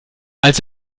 als